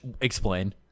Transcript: Explain